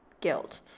guilt